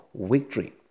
victory